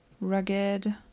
rugged